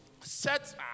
set